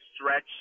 stretch